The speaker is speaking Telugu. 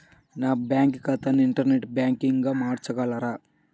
నా బ్యాంక్ ఖాతాని ఇంటర్నెట్ బ్యాంకింగ్గా మార్చగలరా?